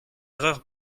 erreur